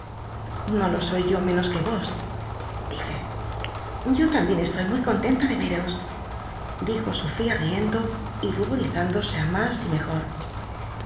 no lo soy yo menos que vos dije yo tambien csloy muy con len la de ero dijo sofía riendo y ruborizándose á mas y mejor